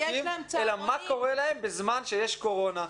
אלא מה קורה להם בזמן שיש קורונה,